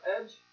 Edge